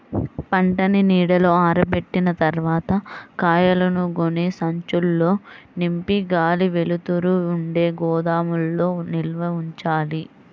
పంటని నీడలో ఆరబెట్టిన తర్వాత కాయలను గోనె సంచుల్లో నింపి గాలి, వెలుతురు ఉండే గోదాముల్లో నిల్వ ఉంచాలి